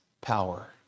power